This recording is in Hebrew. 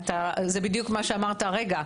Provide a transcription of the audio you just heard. זה בדיוק מה שאמרת הרגע.